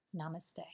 Namaste